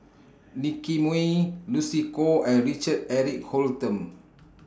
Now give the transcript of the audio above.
Nicky Moey Lucy Koh and Richard Eric Holttum